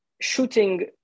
shooting